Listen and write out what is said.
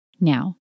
Now